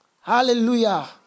Hallelujah